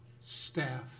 staff